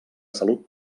salut